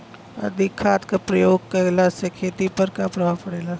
अधिक खाद क प्रयोग कहला से खेती पर का प्रभाव पड़ेला?